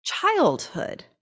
childhood